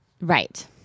Right